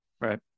Right